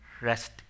Rest